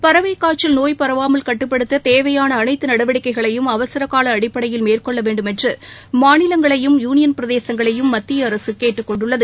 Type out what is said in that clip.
பறவைக் காய்ச்சல் நோய் பரவாமல் கட்டுப்படுத்த தேவையான அனைத்து நடவடிக்கைகளையும் அவசரகால அடிப்படையில் மேற்கொள்ள வேண்டுமென்று மாநிலங்களையும் யுனியன் பிரதேசங்களையும் மத்திய அரசு கேட்டுக் கொண்டுள்ளது